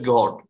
God